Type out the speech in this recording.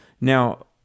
Now